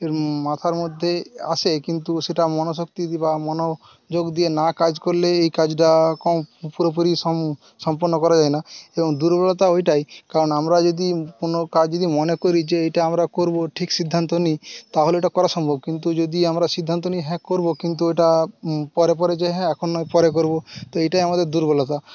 মাথার মধ্যে আসে কিন্তু সেটা মনোশক্তি বা মনোযোগ দিয়ে না কাজ করলে এই কাজটা পুরোপুরি সম্পন্ন করা যায় না এবং দুর্বলতা ওইটাই কারণ আমরা যদি কোনো কাজ যদি মনে করি যে এইটা আমরা করব ঠিক সিদ্ধান্ত নিই তাহলে ওটা করা সম্ভব কিন্তু যদি আমরা সিদ্ধান্ত নিই হ্যাঁ করব কিন্তু ওইটা পরে পরে যে হ্যাঁ এখন নয় পরে করব তো এইটাই আমাদের দুর্বলতা